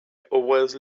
always